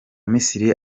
misiri